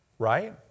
Right